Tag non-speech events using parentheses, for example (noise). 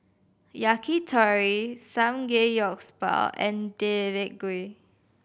Yakitori (unintelligible) and (unintelligible) Gui